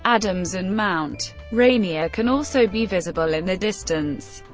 adams and mt. rainier can also be visible in the distance.